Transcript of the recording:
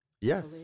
Yes